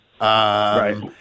Right